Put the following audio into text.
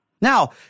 Now